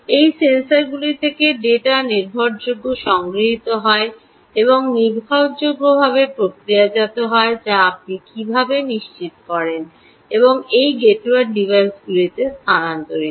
এবং সেন্সরগুলি থেকে ডেটা নির্ভরযোগ্যভাবে সংগৃহীত হয় এবং নির্ভরযোগ্যভাবে প্রক্রিয়াজাত হয় তা আপনি কীভাবে নিশ্চিত করেন এবং এই গেটওয়ে ডিভাইসগুলিতে স্থানান্তরিত